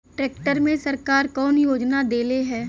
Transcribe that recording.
Tractor मे सरकार कवन योजना देले हैं?